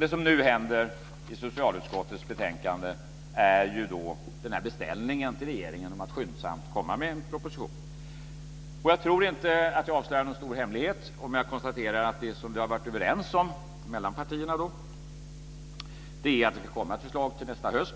Det som nu händer i socialutskottets betänkande är ju den här beställningen till regeringen om att skyndsamt komma med en proposition. Jag tror inte att jag avslöjar någon stor hemlighet om jag konstaterar att det som vi har varit överens om mellan partierna är att det ska komma ett förslag till nästa höst.